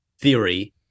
theory